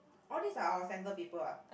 all these are our centre people ah